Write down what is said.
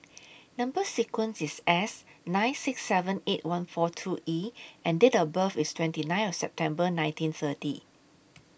Number sequence IS S nine six seven eight one four two E and Date of birth IS twenty nine of September nineteen thirty